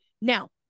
Now